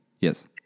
Yes